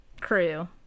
crew